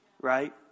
right